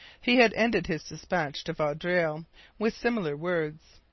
he had ended his dispatch to vaudreuil with similar words